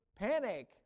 panic